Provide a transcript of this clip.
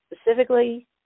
specifically